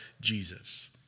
Jesus